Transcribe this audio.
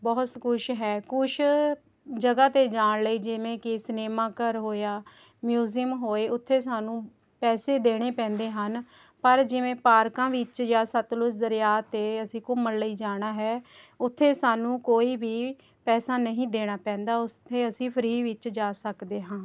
ਬਹੁਤ ਕੁਛ ਹੈ ਕੁਛ ਜਗ੍ਹਾ 'ਤੇ ਜਾਣ ਲਈ ਜਿਵੇਂ ਕਿ ਸਿਨੇਮਾ ਘਰ ਹੋਇਆ ਮਿਊਜ਼ੀਅਮ ਹੋਏ ਉੱਥੇ ਸਾਨੂੰ ਪੈਸੇ ਦੇਣੇ ਪੈਂਦੇ ਹਨ ਪਰ ਜਿਵੇਂ ਪਾਰਕਾਂ ਵਿੱਚ ਜਾਂ ਸਤਲੁਜ ਦਰਿਆ 'ਤੇ ਅਸੀਂ ਘੁੰਮਣ ਲਈ ਜਾਣਾ ਹੈ ਉੱਥੇ ਸਾਨੂੰ ਕੋਈ ਵੀ ਪੈਸਾ ਨਹੀਂ ਦੇਣਾ ਪੈਂਦਾ ਉੱਥੇ ਅਸੀਂ ਫਰੀ ਵਿੱਚ ਜਾ ਸਕਦੇ ਹਾਂ